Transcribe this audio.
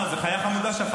מה, זה חיה חמודה שפן.